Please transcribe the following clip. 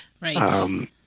Right